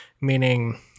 meaning